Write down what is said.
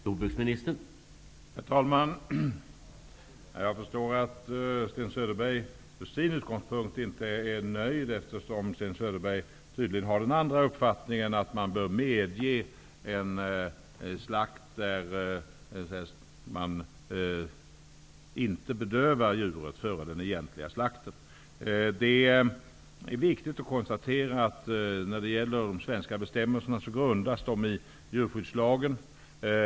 Herr talman! Jag förstår att Sten Söderberg från sin utgångspunkt inte är nöjd. Sten Söderberg har tydligen uppfattningen att man bör medge sådan slakt där man inte bedövar djuret före den egentliga slakten. Det är viktigt att konstatera att de svenska bestämmelserna grundas på djurskyddslagen.